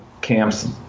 camps